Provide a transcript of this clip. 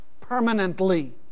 permanently